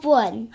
one